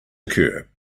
occur